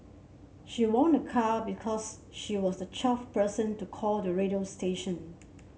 she won a car because she was the twelfth person to call the radio station